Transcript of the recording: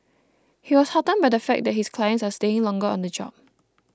he was heartened by the fact that his clients are staying longer on the job